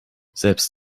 selbst